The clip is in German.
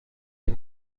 die